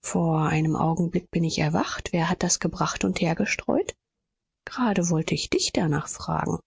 vor einem augenblick bin ich erwacht wer hat das gebracht und hergestreut gerade wollte ich dich danach fragen